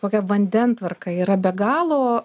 kokia vandentvarka yra be galo